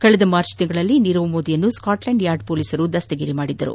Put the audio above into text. ಕಳೆದ ಮಾರ್ಚ್ನಲ್ಲಿ ನೀರವ್ ಮೋದಿಯನ್ನು ಸ್ಕಾಟ್ಲೆಂಡ್ ಯಾರ್ಡ್ ಪೊಲೀಸರು ಬಂಧಿಸಿದ್ದರು